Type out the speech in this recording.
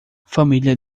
família